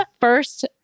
first